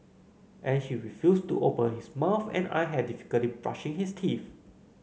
and he refused to open his mouth and I had difficulty brushing his teeth